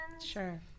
sure